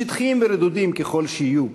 שטחיים ורדודים ככל שיהיו,